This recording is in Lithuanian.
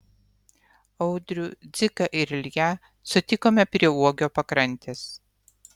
audrių dziką ir ilją sutikome prie uogio pakrantės